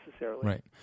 Right